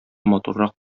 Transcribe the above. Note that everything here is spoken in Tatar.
матуррак